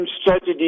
strategies